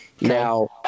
Now